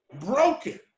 Broken